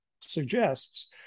suggests